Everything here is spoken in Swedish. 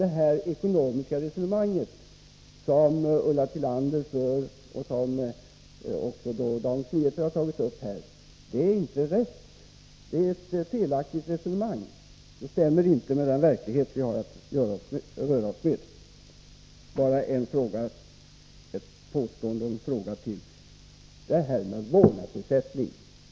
Det ekonomiska resonemang som Ulla Tillander och Dagens Nyheter för är därför felaktigt. Det stämmer inte med den verklighet som vi har att röra oss med. Jag skall bara ta upp en sak till, nämligen Ulla Tillanders påstående om vårdnadsersättningen.